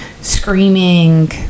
screaming